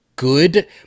Good